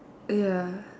ya